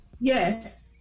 Yes